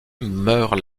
meurt